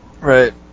Right